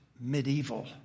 medieval